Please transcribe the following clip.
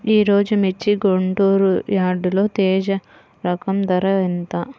ఈరోజు మిర్చి గుంటూరు యార్డులో తేజ రకం ధర ఎంత?